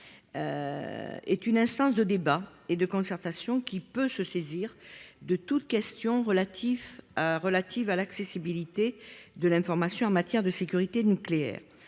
est une instance de débat et de concertation qui peut se saisir de toute question relative à l’accessibilité de l’information en matière de sécurité nucléaire.